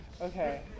Okay